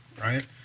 right